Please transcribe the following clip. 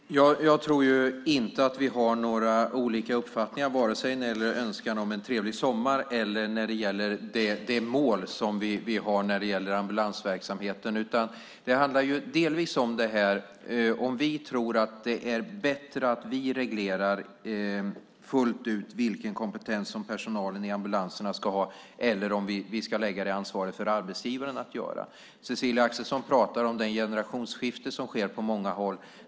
Herr talman! Jag tror inte att vi har olika uppfattningar vare sig när det gäller önskan om en trevlig sommar eller om de mål som vi har när det gäller ambulansverksamheten. Vad det delvis handlar om är om vi tror att det är bättre att vi reglerar fullt ut vilken kompetens som personalen i ambulanserna ska ha eller om vi ska lägga ansvaret för att göra det på arbetsgivaren. Christina Axelsson pratar om det generationsskifte som sker på många håll.